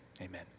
Amen